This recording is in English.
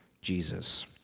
Jesus